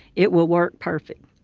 it will work perfect.